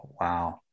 wow